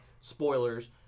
spoilers